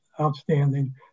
outstanding